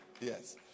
yes